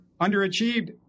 underachieved